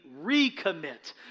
recommit